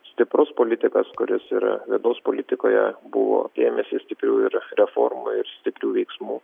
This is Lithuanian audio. stiprus politikas kuris ir vidaus politikoje buvo ėmęsis stiprių ir reformų ir stiprių veiksmų